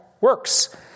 works